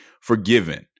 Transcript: forgiven